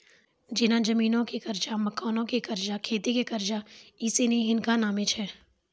जेना जमीनो के कर्जा, मकानो के कर्जा, खेती के कर्जा इ सिनी हिनका नामे छै